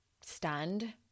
stunned